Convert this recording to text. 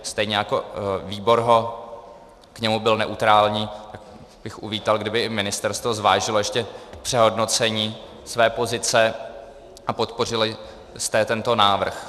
Stejně jak výbor k němu byl neutrální, bych uvítal, kdyby i ministerstvo zvážilo ještě přehodnocení své pozice a podpořili jste tento návrh.